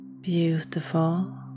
beautiful